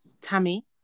Tammy